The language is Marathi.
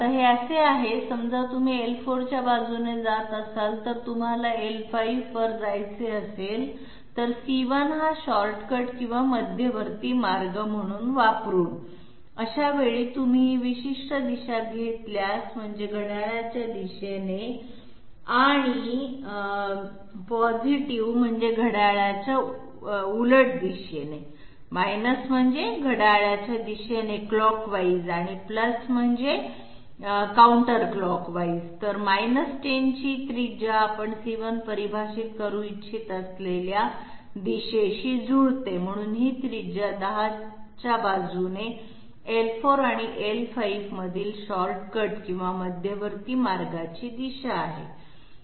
हे असे आहे समजा तुम्ही l4 च्या बाजूने जात असाल जर तुम्हाला l5 वर जायचे असेल तर c1 हा शॉर्टकट किंवा मध्यवर्ती मार्ग म्हणून वापरून अशावेळी तुम्ही ही विशिष्ट दिशा घेतल्यास म्हणजे घड्याळाच्या दिशेने आणि म्हणजे घड्याळाच्या उलट दिशेने तर 10 ची त्रिज्या आपण c1 परिभाषित करू इच्छित असलेल्या दिशेशी जुळते म्हणून ही त्रिज्या 10 च्या बाजूने l4 आणि l5 मधील शॉर्टकट किंवा मध्यवर्ती मार्गाची दिशा आहे